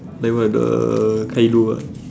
like what the Kaido